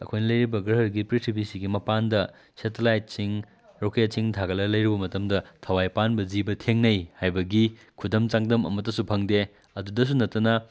ꯑꯩꯈꯣꯏꯅ ꯂꯩꯔꯤꯕ ꯒ꯭ꯔꯍꯒꯤ ꯄ꯭ꯔꯤꯊꯤꯕꯤꯁꯤꯒꯤ ꯃꯄꯥꯟꯗ ꯁꯦꯇꯦꯂꯥꯏꯠꯁꯤꯡ ꯔꯣꯀꯦꯠꯁꯤꯡ ꯊꯥꯒꯠꯂ ꯂꯩꯔꯨꯕ ꯃꯇꯝꯗ ꯊꯋꯥꯏ ꯄꯥꯟꯕ ꯖꯤꯕ ꯊꯦꯡꯅꯩ ꯍꯥꯏꯕꯒꯤ ꯈꯨꯗꯝ ꯆꯥꯡꯗꯝ ꯑꯃꯇꯁꯨ ꯐꯪꯗꯦ ꯑꯗꯨꯗꯁꯨ ꯅꯠꯇꯅ